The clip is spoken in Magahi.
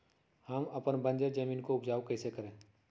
हम अपन बंजर जमीन को उपजाउ कैसे करे?